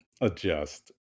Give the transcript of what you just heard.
adjust